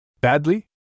Badly